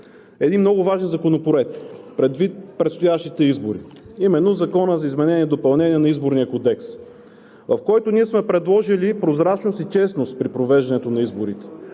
един много важен законопроект, предвид предстоящите избори, а именно Законът за изменение и допълнение на Изборния кодекс. В него ние сме предложили прозрачност и честност при провеждането на изборите,